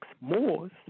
Moors